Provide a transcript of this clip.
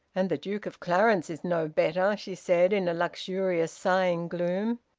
and the duke of clarence is no better, she said, in a luxurious sighing gloom.